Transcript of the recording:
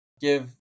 give